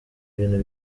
ibintu